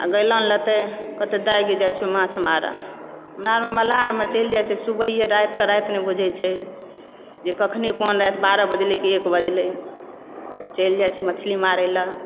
आ गैलन लेतय कहतै दाय गै जाइ छिऔ माछ मारय हमरा अरमे मे मलाह अरमे छी चलि जाइ छी सुबहिए राति कऽ राति नहि बुझै छै कखनि कोन राति बारह बजलै कि एक बजलै चलि जाइ छै मछली मारय लऽ